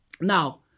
Now